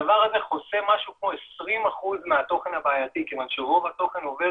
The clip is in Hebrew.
הדבר הזה חוסם משהו כמו 20% מהתוכן הבעייתי כיוון שרוב התוכן עובר